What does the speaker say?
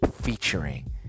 featuring